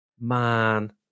Man